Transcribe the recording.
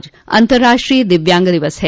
आज अंतर्राष्ट्रीय दिव्यांगजन दिवस है